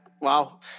Wow